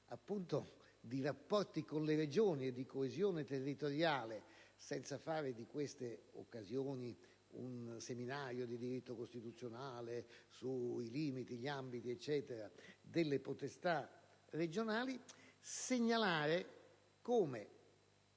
di rapporti con le Regioni e di coesione territoriale (senza fare di queste occasioni un seminario di diritto costituzionale sui limiti e gli ambiti delle potestà regionali), di segnalare come